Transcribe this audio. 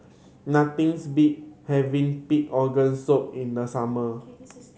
nothings beat having pig organ soup in the summer